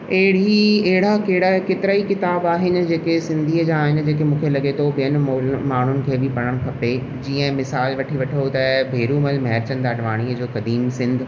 अहिड़ी अहिड़ा कहिड़ा केतरा ई किताब आहिनि जेके सिंधीअ जा आहिनि जेके मूंखे लॻे थो कि हिन मोल माण्हुनि खे बि पढ़नि खपे जीअं मिसाल वठी वठो त भेरूमल महरचंद अडवाणीअ जो तडीम सिंध